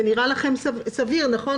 נראה לכם סביר, נכון?